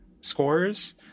scores